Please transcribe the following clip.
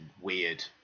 weird